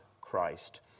Christ